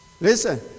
Listen